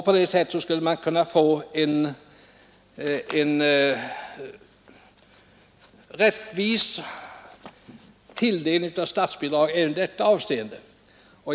På så sätt skulle man kunna få en rättvis tilldelning av statsbidrag även i detta avseende.